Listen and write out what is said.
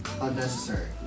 unnecessary